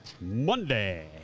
Monday